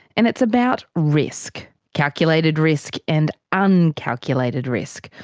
and it's about risk, calculated risk and uncalculated risk.